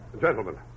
Gentlemen